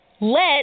Let